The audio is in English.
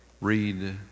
read